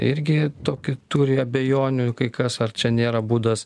irgi tokį turi abejonių kai kas ar čia nėra būdas